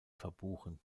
verbuchen